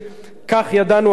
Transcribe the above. כך ידענו מאה שנים,